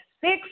six